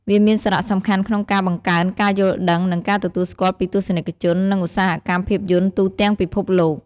វាមានសារៈសំខាន់ក្នុងការបង្កើនការយល់ដឹង និងការទទួលស្គាល់ពីទស្សនិកជន និងឧស្សាហកម្មភាពយន្តទូទាំងពិភពលោក។